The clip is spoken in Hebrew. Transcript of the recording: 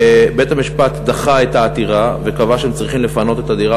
בית-המשפט דחה את העתירה וקבע שהם צריכים לפנות את הדירה